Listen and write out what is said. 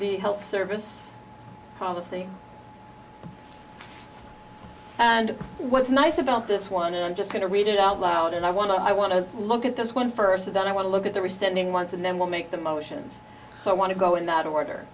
the health service policy and what's nice about this one i'm just going to read it out loud and i want to i want to look at this one first and then i want to look at the resending once and then we'll make the motions so i want to go in that order